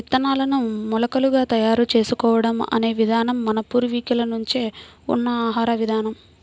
విత్తనాలను మొలకలుగా తయారు చేసుకోవడం అనే విధానం మన పూర్వీకుల నుంచే ఉన్న ఆహార విధానం